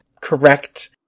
correct